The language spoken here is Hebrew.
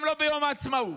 גם לא ביום העצמאות,